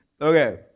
Okay